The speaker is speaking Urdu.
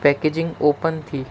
پیکجنگ اوپن تھی